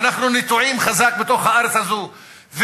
ואנחנו נטועים חזק בתוך הארץ הזאת.